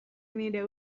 nire